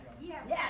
Yes